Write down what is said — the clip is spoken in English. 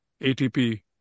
atp